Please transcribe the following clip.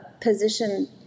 position